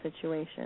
situation